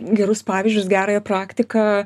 gerus pavyzdžius gerąją praktiką